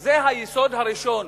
אז זה היסוד הראשון